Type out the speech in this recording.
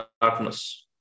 darkness